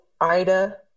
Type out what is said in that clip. Ida